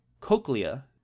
cochlea